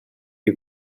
you